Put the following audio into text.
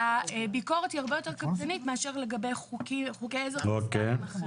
שהביקורת היא הרבה יותר קפדנית מאשר לגבי חוקי עזר אחרים.